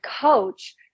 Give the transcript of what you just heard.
coach